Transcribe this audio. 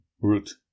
root